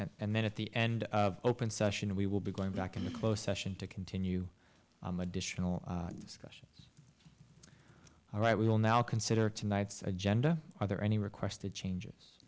and and then at the end of open session we will be going back in the close session to continue the additional discussion all right we will now consider tonight's agenda whether any requested changes